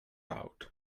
out